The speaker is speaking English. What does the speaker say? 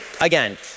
Again